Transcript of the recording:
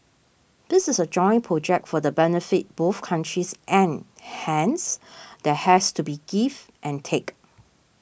this is a joint project for the benefit both countries and hence there has to be give and take